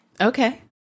Okay